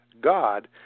god